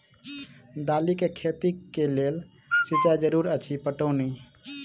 दालि केँ खेती केँ लेल सिंचाई जरूरी अछि पटौनी?